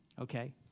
okay